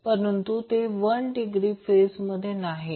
परंतु ते 120 डिग्री फेजमध्ये नाहीत